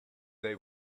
they